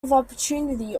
opportunity